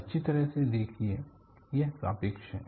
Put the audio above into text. अच्छी तरह से देखिए यह सापेक्ष है